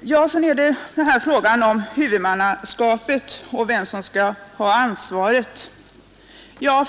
Vidare har vi i frågan om huvudmannaskapet och vem som skall ha ansvaret för verksamheten.